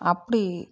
அப்படி